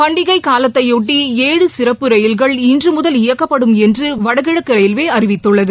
பண்டிகை காலத்தையொட்டி ஏழு சிறப்பு ரயில்கள் இன்று முதல் இயக்கப்படும் என்று வடகிழக்கு ரயில்வே அறிவித்துள்ளது